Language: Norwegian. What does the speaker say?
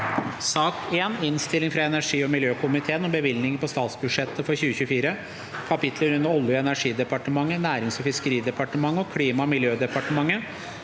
2023 Innstilling fra energi- og miljøkomiteen om bevilgninger på statsbudsjettet for 2024, kapitler under Oljeog energidepartementet, Nærings- og fiskeridepartementet og Klima- og miljødepartementet